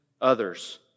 others